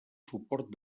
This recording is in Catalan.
suport